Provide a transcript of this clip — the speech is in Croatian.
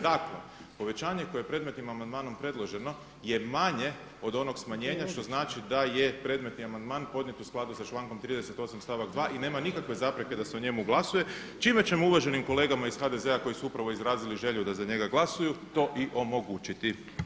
Dakle, povećanje koje je predmetnim amandmanom predloženo je manje od onog smanjenja što znači da je predmetni amandman podnijet u skladu sa člankom 38. stavak 2. i nema nikakve zapreke da se o njemu glasuje čime ćemo uvaženim kolegama iz HDZ-a koji su upravo izrazili želju da za njega glasuju to i omogućiti.